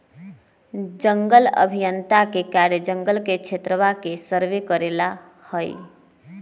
जंगल अभियंता के कार्य जंगल क्षेत्रवा के सर्वे करे ला हई